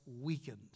weakened